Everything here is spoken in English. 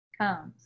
comes